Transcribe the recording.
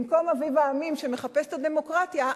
במקום אביב העמים שמחפש את הדמוקרטיה,